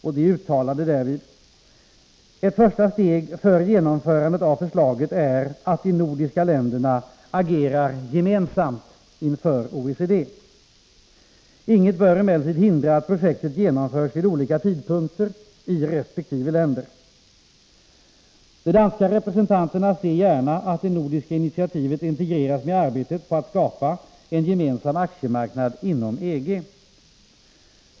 Gruppen uttalade därvid: ”Ett första steg för genomförandet av förslaget är att de nordiska länderna agerar gemensamt inför OECD. Inget bör emellertid hindra att projektet genomförs vid olika tidpunkter i resp. länder. De danska representanterna ser gärna att det nordiska initiativet integreras med arbetet på att skapa en gemensam aktiemarknad inom EG.